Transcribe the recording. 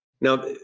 Now